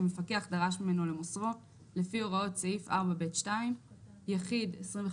שמפקח דרש ממנו למוסרו לפי הוראות סעיף 4ב(2); 25,00050,000,